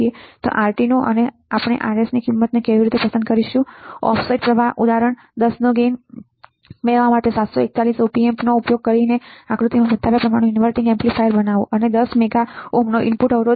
Rt નુંઅને આપણે Rsની કિંમત કેવી રીતે પસંદ કરી શકીએ ઑફસેટ પ્રવાહ ઉદાહરણ 10 નો ગેઈન મેળવવા માટે 741 op amp નો ઉપયોગ કરીને આકૃતિમાં બતાવેલ પ્રકારનું ઇન્વર્ટિંગ એમ્પ્લીફાયર બનાવો અને 10 MΩ નો ઇનપુટ અવરોધ